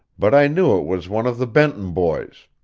but i knew it was one of the benton boys.